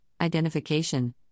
identification